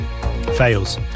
fails